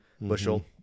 bushel